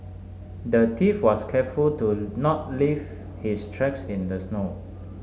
the thief was careful to not leave his tracks in the snow